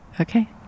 Okay